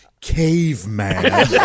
caveman